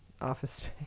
office